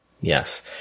Yes